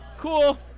Cool